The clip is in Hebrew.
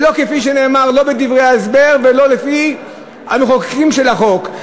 ולא כפי שנאמר בדברי ההסבר ולא כפי דבריהם של המחוקקים של החוק,